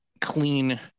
clean